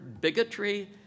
bigotry